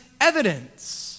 evidence